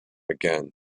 again